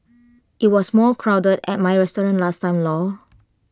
IT was more crowded at my restaurant last time lor